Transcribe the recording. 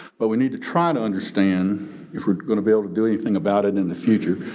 but we need to try to understand if we're gonna be able to do anything about it in the future.